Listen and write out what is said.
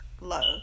love